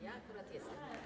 Ja akurat jestem.